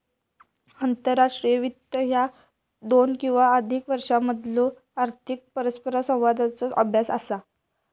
आंतरराष्ट्रीय वित्त ह्या दोन किंवा अधिक देशांमधलो आर्थिक परस्परसंवादाचो अभ्यास असा